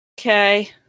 Okay